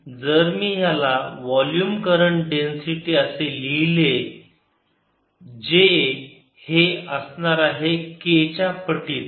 आणि जर मी ह्याला वोल्युम करंट डेन्सिटी असे लिहिले j हे असणार आहे K च्या पटीत